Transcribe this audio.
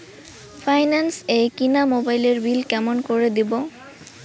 Finance এ কিনা মোবাইলের বিল কেমন করে দিবো?